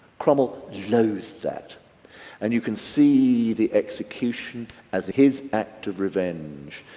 cromwell loathed that and you can see the execution as his act of revenge.